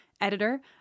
editor